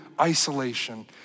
isolation